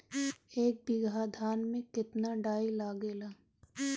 एक बीगहा धान में केतना डाई लागेला?